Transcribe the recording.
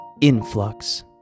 influx